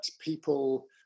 people